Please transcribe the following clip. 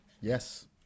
Yes